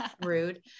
Rude